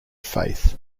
faith